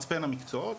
מצפן המקצועות,